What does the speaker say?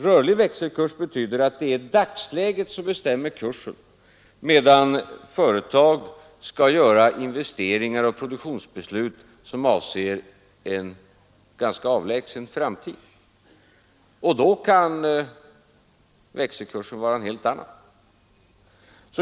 Rörlig växelkurs betyder att det är dagsläget som bestämmer kursen, medan företag skall göra investeringar och fatta produktionsbeslut som avser en ganska avlägsen framtid. Då kan växelkursen vara en helt annan.